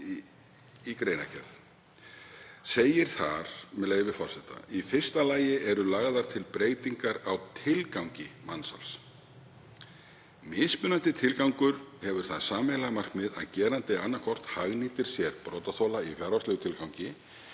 í greinargerð. Segir þar, með leyfi forseta: „Í fyrsta lagi eru lagðar til breytingar á tilgangi mansals. Mismunandi tilgangur mansals hefur það sameiginlega markmið að gerandi annaðhvort hagnýtir sér brotaþola í fjárhagslegum tilgangi